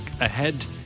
ahead